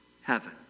heaven